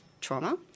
trauma